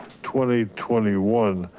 twenty twenty one,